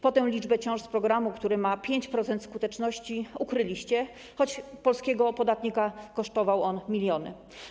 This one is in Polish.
Potem liczbę ciąż w ramach programu, który ma 5% skuteczności, ukryliście, choć polskiego podatnika kosztował on miliony.